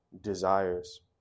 desires